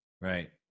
Right